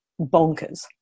bonkers